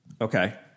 Okay